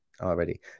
already